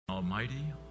Almighty